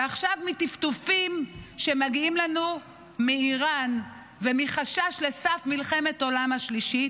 ועכשיו מטפטופים שמגיעים לנו מאיראן ומחשש לסף מלחמת עולם שלישית.